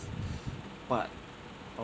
but